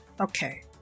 okay